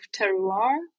terroir